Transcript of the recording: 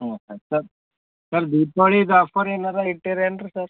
ಹ್ಞೂಂ sir sir sir ದೀಪಾವಳಿದು offer ಏನಾರ ಇಟ್ಟಿದ್ರು ಏನ್ರೀ ಸರ್